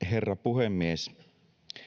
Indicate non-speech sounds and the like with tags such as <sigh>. <unintelligible> herra puhemies